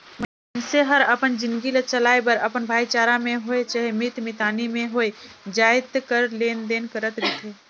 मइनसे हर अपन जिनगी ल चलाए बर अपन भाईचारा में होए चहे मीत मितानी में होए जाएत कर लेन देन करत रिथे